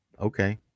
Okay